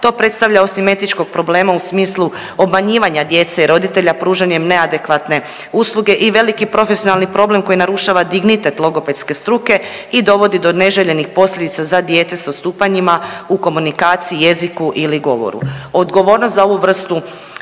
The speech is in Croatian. to predstavlja osim etičkog problema u smislu obmanjivanja djece i roditelja pružanjem neadekvatne usluge i veliki profesionalni problem koji narušava dignitet logopedske struke i dovodi do neželjenih posljedica za dijete sa odstupanjima u komunikaciji, jeziku ili govoru. Odgovornost za ovu vrstu